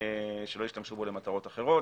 שלא ישתמשו בו למטרות אחרות;